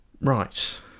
Right